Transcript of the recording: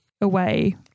away